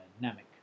dynamic